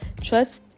trust